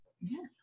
Yes